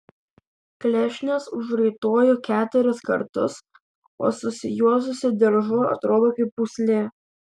klešnes užraitoju keturis kartus o susijuosusi diržu atrodau kaip pūslė